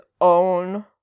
own